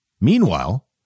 Meanwhile